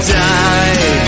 die